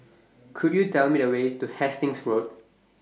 Could YOU Tell Me The Way to Hastings Road